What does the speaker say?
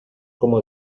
como